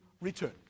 return